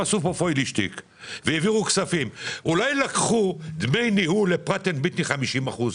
פראט אנד ויטני לקחו דמי ניהול של 30%,